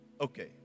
Okay